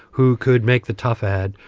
who could make the tough ad,